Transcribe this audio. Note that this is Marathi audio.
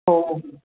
हो